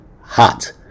hot